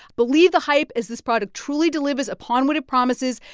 believe the hype, as this product truly delivers upon what it promises.